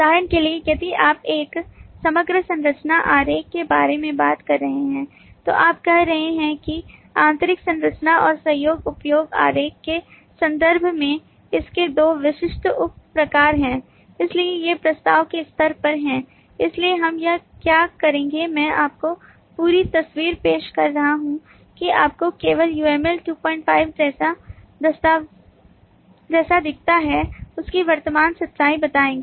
उदाहरण के लिए यदि आप एक समग्र संरचना आरेख के बारे में बात कर रहे हैं तो आप कह रहे हैं कि आंतरिक संरचना और सहयोग उपयोग आरेख के संदर्भ में इसके दो विशिष्ट उप प्रकार हैं इसलिए ये प्रस्ताव के स्तर पर हैं इसलिए हम यह क्या करेंगे मैं आपको पूरी तस्वीर पेश कर रहा हूं कि आपको केवल UML 25 जैसा दिखता है उसकी वर्तमान सच्चाई बताएंगे